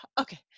Okay